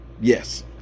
Yes